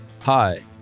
Hi